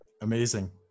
Amazing